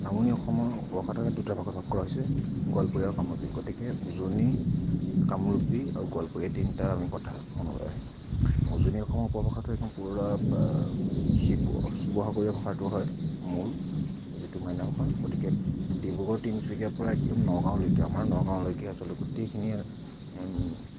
নামনি অসমৰ উপভাষাটোক দুটা ভাগত ভাগ কৰা হৈছে গোৱালপৰীয়া আৰু কামৰূপী গতিকে উজনি কামৰূপী আৰু গোৱালপৰীয়া এই তিনিটাৰ আমি কথা মনলৈ আহে উজনি অসমৰ উপভাষাটো একদম পুৰা শিৱ শিৱসাগৰীয় ভাষাটো হয় মূল যিটো মান্য ভাষা গতিকে ডিব্ৰুগড় তিনিচুকীয়াৰ পৰা একদম নগাঁওলৈকে আমাৰ নগাঁওলৈকে আচলতে গোটেইখিনি